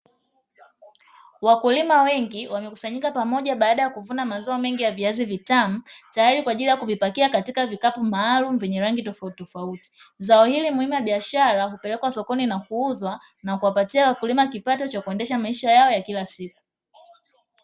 Wakulima wengi wamekusanyika pamoja baada ya kuvuna mazao mengi ya viazi vitamu, tayari kwa ajili ya kuvipakia katika vikapu maalumu vyenye rangi tofautitofauti. Zao hili muhimu la biashara hupelekwa sokoni na kuuzwa, na kuwapatia wakulima kipato cha kuendesha maisha yao ya kila siku.